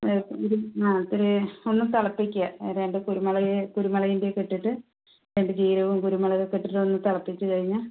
ഇതും മാത്രമേ ഒന്ന് തിളപ്പിക്കുക രണ്ട് കുരുമുളക് കുരുമുളകിൻ്റ ഒക്കെ ഇട്ടിട്ട് രണ്ട് ജീരകം കുരുമുളക് ഒക്കെ ഇട്ടിട്ട് ഒന്ന് തിളപ്പിച്ച് കഴിഞ്ഞാൽ